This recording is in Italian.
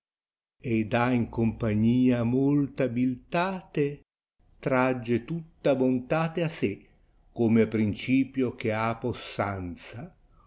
ed ha in compagnia molta biltate dante bime t tragge tutta bontate a se come a princìpio che ha possanza